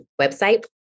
website